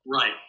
Right